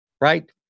right